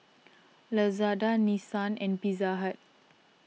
Lazada Nissan and Pizza Hut